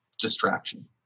distraction